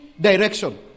direction